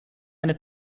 eine